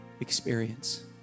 experience